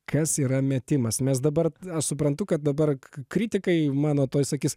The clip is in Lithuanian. kas yra metimas mes dabar aš suprantu kad dabar kritikai mano tuoj sakys